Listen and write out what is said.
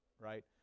right